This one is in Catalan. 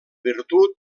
virtut